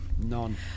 None